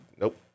nope